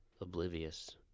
oblivious